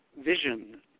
vision